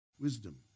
Wisdom